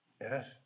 Yes